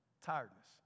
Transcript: tiredness